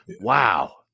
Wow